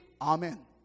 Amen